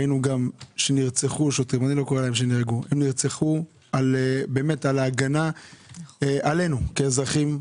נרצחו על ההגנה עלינו כאזרחים,